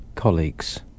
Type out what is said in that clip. colleagues